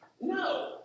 No